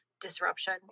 disruption